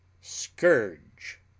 scourge